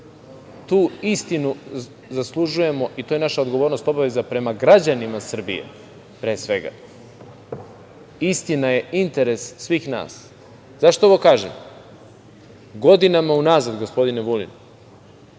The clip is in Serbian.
Tu istinu zaslužujemo i to je naša odgovornost, obaveza prema građanima Srbije, pre svega. Istina je interes svih nas.Zašto ovo kažem? Godinama unazad, gospodine Vulin,